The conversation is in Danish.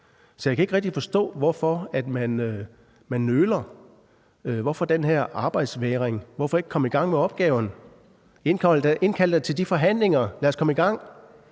Så jeg kan ikke rigtig forstå, hvorfor man nøler. Hvorfor den her arbejdsvægring? Hvorfor ikke komme i gang med opgaven? Indkald da til de forhandlinger! Lad os komme i gang!